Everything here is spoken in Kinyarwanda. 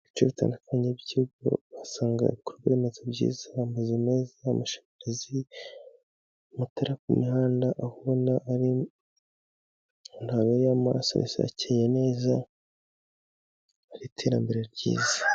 Ibice bitandukanye usanga mo ibikorwa remezo byiza; amazu meza, amashanyarazi, amatara ku mihanda ahu bona ari intaho y'amaso akeye neza n'iterambere ryiza.